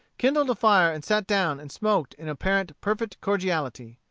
kindled a fire, and sat down and smoked in apparent perfect cordiality.